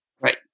Right